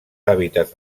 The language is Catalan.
hàbitats